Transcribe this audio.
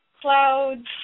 clouds